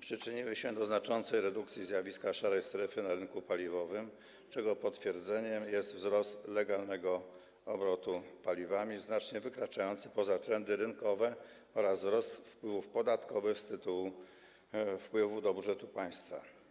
przyczyniły się do znaczącej redukcji zjawiska tzw. szarej strefy na rynku paliwowym, czego potwierdzeniem jest wzrost legalnego obrotu paliwami, znacznie wykraczający poza trendy rynkowe, oraz wzrost wpływów podatkowych z tytułu wpływu do budżetu państwa.